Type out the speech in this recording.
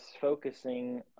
focusing